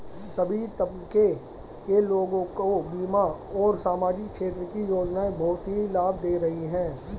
सभी तबके के लोगों को बीमा और सामाजिक क्षेत्र की योजनाएं बहुत ही लाभ दे रही हैं